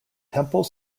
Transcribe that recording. temple